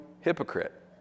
hypocrite